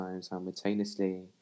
simultaneously